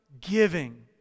giving